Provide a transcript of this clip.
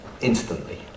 instantly